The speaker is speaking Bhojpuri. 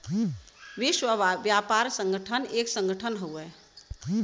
विश्व व्यापार संगठन एक संगठन हउवे